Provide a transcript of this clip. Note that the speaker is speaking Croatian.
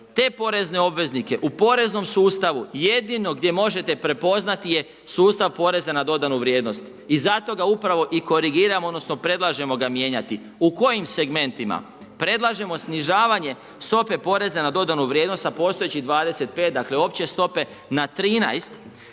Te porezne obveznike u poreznom sustavu jedino gdje možete prepoznati je sustav poreza na dodanu vrijednost i zato ga upravo i korigiramo odnosno predlažemo ga mijenjati. U kojim segmentima? Predlažemo snižavanje stope poreza na dodanu vrijednost sa postojećih 25 dakle opće stope na 13.